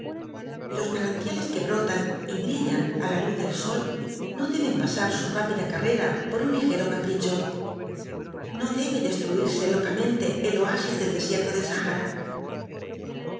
los manantiales que brotan y brillan á la luz del sol no deben pasar su r tpida carreta pot un ligero capricho no debe destruirse locamente el oasis del desierto de